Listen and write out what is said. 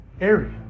area